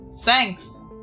thanks